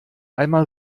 einmal